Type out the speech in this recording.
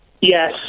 Yes